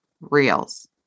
reels